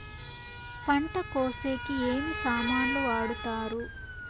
పంట కోసేకి ఏమి సామాన్లు వాడుతారు?